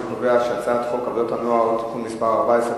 אני קובע שהצעת חוק עבודת הנוער (תיקון מס' 14),